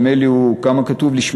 כמה כתוב לי?